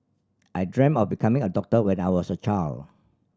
I dreamt of becoming a doctor when I was a child